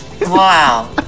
Wow